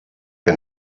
que